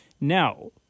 Now